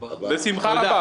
תודה.